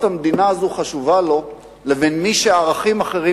המדינה הזו חשובה לו לבין מי שערכים אחרים,